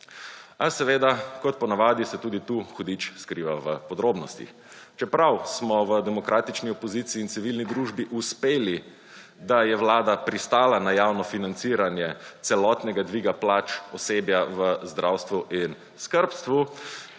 a seveda kot po navadi se tudi tu hudič skriva v podrobnostih. Čeprav smo v demokratični opoziciji in civilni družbi uspeli, da je Vlada pristala na javno financiranje celotnega dviga plač osebja v zdravstvu in skrbstvu